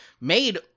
made